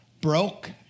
broke